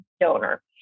donor